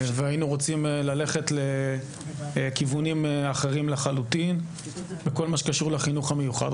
והיינו רוצים ללכת לכיוונים אחרים לחלוטין בכל מה שקשור לחינוך המיוחד.